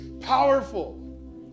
powerful